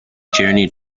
journey